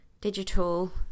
digital